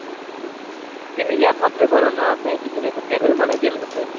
तिमी याद मात्रै गरन त्यहाँदेखि तिनीहरूको फेयरवेल मनाइदिइहाल्नु पर्छ